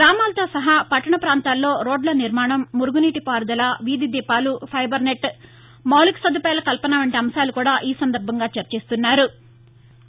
గ్రామాలతో సహా పట్టణ పాంతాలలో రోడ్ల నిర్మాణం మురుగునీటి పారుదల వీధి దీపాలు ఫైబర్నెట్ మౌలిక సదుపాయాల కల్పన వంటి అంశాలుకూడా ఈ సందర్భంగా చర్చిస్తున్నారు